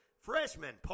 Freshman